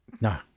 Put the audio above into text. No